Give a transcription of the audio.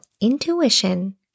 intuition